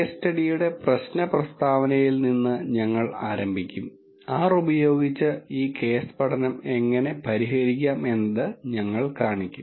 case സ്റ്റഡിയുടെ പ്രശ്ന പ്രസ്താവനയിൽ നിന്ന് ഞങ്ങൾ ആരംഭിക്കും R ഉപയോഗിച്ച് ഈ കേസ് പഠനം എങ്ങനെ പരിഹരിക്കാം എന്നത് ഞങ്ങൾ കാണിക്കും